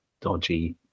dodgy